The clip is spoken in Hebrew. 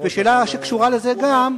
שאלה שקשורה לזה היא גם,